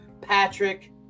Patrick